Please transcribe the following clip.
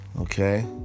Okay